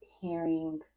hearing